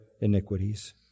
iniquities